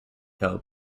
help